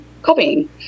Copying